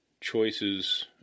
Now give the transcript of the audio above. choices